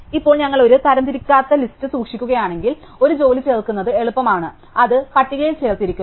ഇപ്പോൾ ഞങ്ങൾ ഒരു തരംതിരിക്കാത്ത ലിസ്റ്റ് സൂക്ഷിക്കുകയാണെങ്കിൽ ഒരു ജോലി ചേർക്കുന്നത് എളുപ്പമാണ് അത് പട്ടികയിൽ ചേർത്തിരിക്കുന്നു